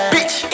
Bitch